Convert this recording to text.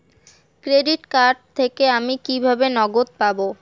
Credit card থেকে আমি কিভাবে নগদ পাব?